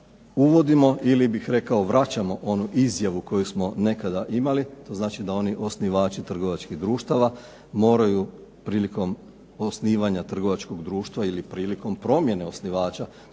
uvodimo ili bih rekao vraćamo onu izjavu koju smo nekada imali. To znači da oni osnivači trgovačkih društava moraju prilikom osnivanja trgovačkog društva ili prilikom promjene osnivača